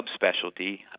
subspecialty